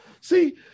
See